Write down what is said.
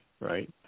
right